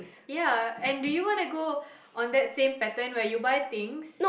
ya and do you wanna go on that same pattern where you buy things